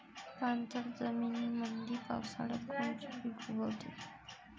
पाणथळ जमीनीमंदी पावसाळ्यात कोनचे पिक उगवते?